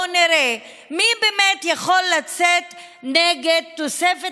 בואו נראה מי באמת יכול לצאת נגד תוספת